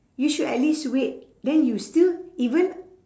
you should at least wait then you still even